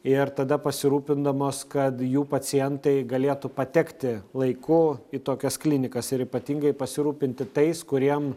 ir tada pasirūpindamos kad jų pacientai galėtų patekti laiku į tokias klinikas ir ypatingai pasirūpinti tais kuriem